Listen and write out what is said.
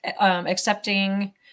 accepting